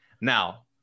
now